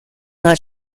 not